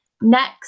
Next